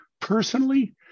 Personally